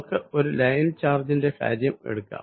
നമുക്ക് ഒരു ലൈൻ ചാർജിന്റെ കാര്യം എടുക്കാം